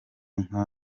nka